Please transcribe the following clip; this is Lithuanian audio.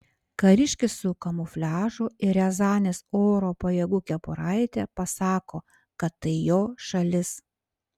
kariškis su kamufliažu ir riazanės oro pajėgų kepuraite pasako kad tai jo šalis